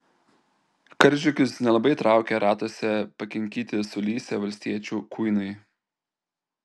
karžygius nelabai traukė ratuose pakinkyti sulysę valstiečių kuinai